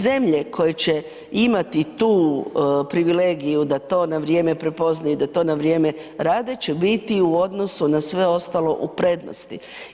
Zemlje koje će imati tu privilegiju da to na vrijeme prepoznaju, da to na vrijeme rade će biti u odnosu na sve ostalo u prednosti.